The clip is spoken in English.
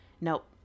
Nope